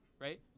right